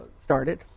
started